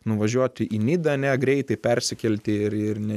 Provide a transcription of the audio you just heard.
nuvažiuoti į nidą ane greitai persikelti ir ir ne